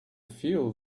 feel